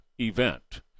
event